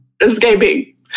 escaping